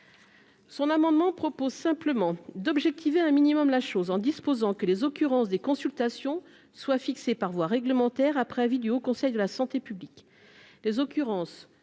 son amendement propose simplement d'objectiver un minimum la chose en disposant que les occurrences des consultations soient fixées par voie réglementaire, après avis du Haut Conseil de la santé publique les occurrences